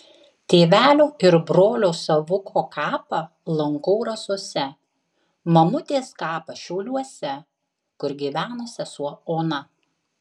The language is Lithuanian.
tėvelio ir brolio savuko kapą lankau rasose mamutės kapą šiauliuose kur gyvena sesuo ona